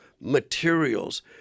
materials